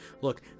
look